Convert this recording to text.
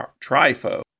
Trifo